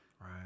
Right